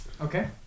Okay